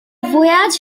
voyage